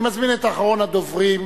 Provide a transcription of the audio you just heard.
אני מזמין את אחרון הדוברים,